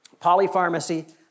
Polypharmacy